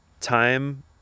time